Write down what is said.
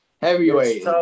heavyweight